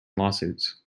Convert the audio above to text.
lawsuits